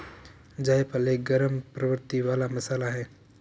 जायफल एक गरम प्रवृत्ति वाला मसाला है